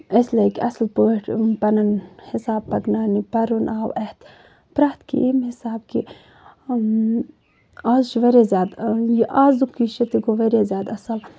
أسۍ لٔگۍ اَصٕل پٲٹھۍ پَنُن حِساب پَکناونہِ پَرُن آو اَتھ پرٮ۪ھ کیٚنٛہہ اَمہِ حِسابہٕ کہِ اۭں آز چھُ واریاہ زیادٕ آزُک یہِ چھُ تہِ گوٚو واریاہ زیادٕ اَصٕل